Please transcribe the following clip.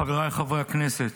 חבריי חברי הכנסת,